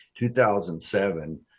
2007